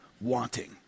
wanting